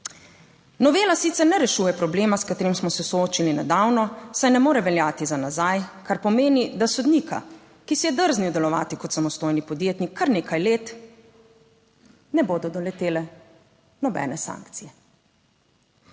Novela sicer ne rešuje problema, s katerim smo se soočili nedavno, saj ne more veljati za nazaj, kar pomeni, da sodnika, ki si je drznil delovati kot samostojni podjetnik kar nekaj let, ne bodo doletele nobene sankcije.